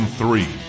three